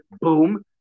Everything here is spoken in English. Boom